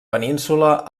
península